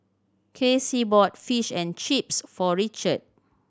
Kassie bought Fish and Chips for Richard